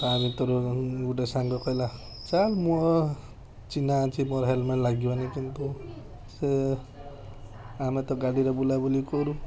ତା'ଭିତରୁ ଗୋଟେ ସାଙ୍ଗ କହିଲା ଚାଲ୍ ମୋ ଚିହ୍ନା ଅଛି ମୋର ହେଲମେଟ୍ ଲାଗିବନି କିନ୍ତୁ ସେ ଆମେ ତ ଗାଡ଼ିରେ ବୁଲା ବୁଲି କରୁ